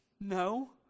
No